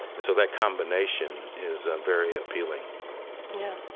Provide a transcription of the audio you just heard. and so that combination is very appealing yeah.